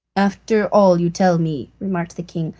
after all you tell me, remarked the king,